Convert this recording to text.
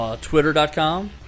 Twitter.com